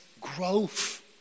Growth